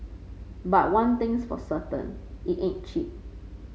but one thing's for certain it ain't cheap